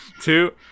two